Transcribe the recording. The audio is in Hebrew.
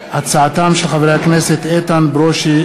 בהצעתם של חברי הכנסת איתן ברושי,